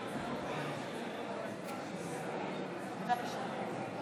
מצביע שרן מרים